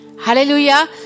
Hallelujah